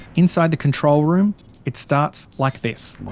inside the control room it starts like this.